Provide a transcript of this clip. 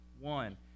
one